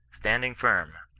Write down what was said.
standing firm,